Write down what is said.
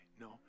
No